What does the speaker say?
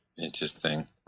Interesting